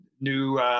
new